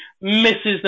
misses